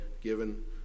given